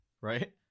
Right